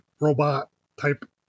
robot-type